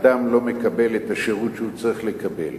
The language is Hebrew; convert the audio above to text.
אדם לא מקבל את השירות שהוא צריך לקבל.